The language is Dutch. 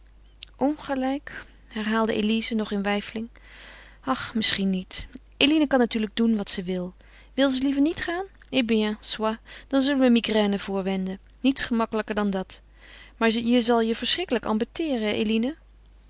ongelijk herhaalde elize nog in weifeling ach misschien niet eline kan natuurlijk doen wat ze wil wil ze liever niet gaan eh bien soit dan zullen we een migraine voorwenden niets gemakkelijker dan dat maar je zal je verschrikkelijk embêteeren eline